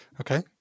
Okay